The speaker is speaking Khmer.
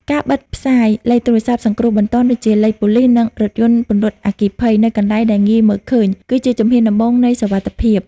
ការបិទផ្សាយ លេខទូរស័ព្ទសង្គ្រោះបន្ទាន់ ដូចជាលេខប៉ូលីស និងរថយន្តពន្លត់អគ្គិភ័យ នៅកន្លែងដែលងាយមើលឃើញ គឺជាជំហានដំបូងនៃសុវត្ថិភាព។